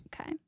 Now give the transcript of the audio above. okay